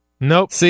Nope